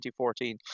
2014